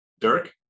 Dirk